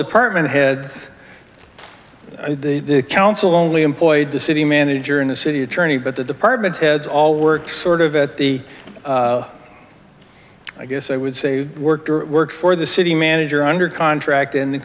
department heads the council only employed the city manager and the city attorney but the department heads all work sort of at the i guess i would say worked or worked for the city manager under contract